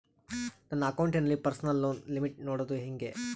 ನನ್ನ ಅಕೌಂಟಿನಲ್ಲಿ personal loan limit ನೋಡದು ಹೆಂಗೆ?